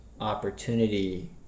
opportunity